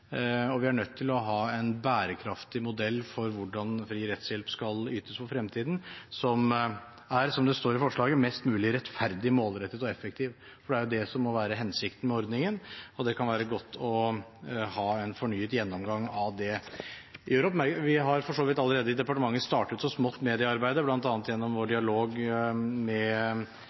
Vi er nødt til å ha en bærekraftig modell for hvordan fri rettshjelp skal ytes for fremtiden, som er, som det står i forslaget, «mest mulig rettferdig, målrettet og effektiv», for det er det som må være hensikten med ordningen, og det kan være godt å ha en fornyet gjennomgang av det. Vi har for så vidt allerede i departementet startet så smått med det arbeidet, bl.a. gjennom vår dialog med